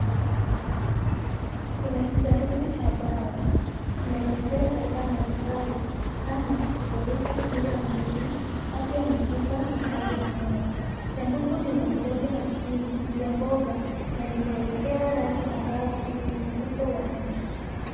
Kuna kisanduku cha dawa, kinaelezea faida mbalimbali kama kuboresha kinga ya mwili, afya ya mifupa na hali ya moyo. Sanduku lina vidonge hamsini vya mboga na limewekewa rangi angavu yenye mvuto wa macho.